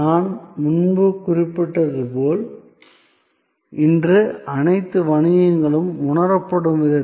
நான் முன்பு குறிப்பிட்டது போல் இன்று அனைத்து வணிகங்களும் உணரப்படும் விதத்தில்